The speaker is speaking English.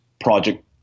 project